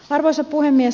arvoisa puhemies